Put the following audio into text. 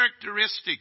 characteristics